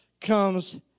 comes